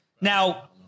Now